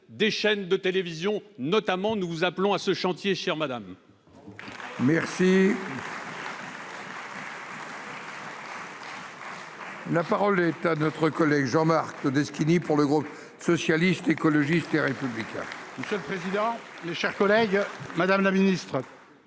des chaînes de télévision notamment, nous vous appelons à ce chantier, chère madame. La parole est à notre collègue Jean-Marc Todeschini pour le groupe socialiste, écologiste et républicain tout seul président les chers collègues, Madame la Ministre.